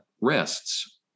rests